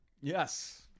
yes